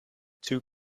two